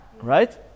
right